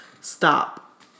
stop